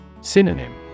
Synonym